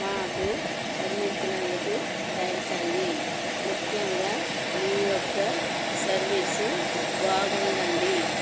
మాకు అందించినందుకు థ్యాంక్స్ అండి ముఖ్యంగా మీ యొక్క సర్వీస్ బాగుంది అండి